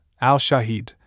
al-Shahid